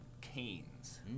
Canes